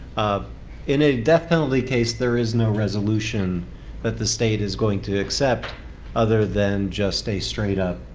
um in a death penalty case, there is no resolution that the state is going to accept other than just a straight up,